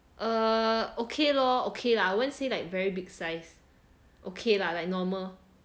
err okay lor okay lah won't say like very big size okay lah like normal